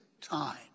time